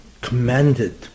commanded